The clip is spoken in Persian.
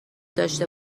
داشته